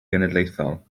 genedlaethol